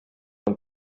and